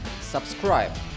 subscribe